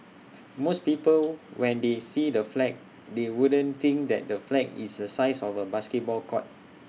most people when they see the flag they wouldn't think that the flag is the size of A basketball court